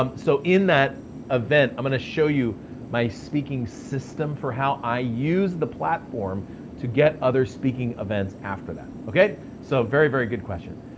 um so in that event, i'm gonna show you my speaking system for how i use the platform to get other speaking events after that. okay, so very, very good question.